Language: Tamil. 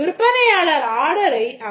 விற்பனையாளர் ஆர்டரை அவரே செய்கிறார்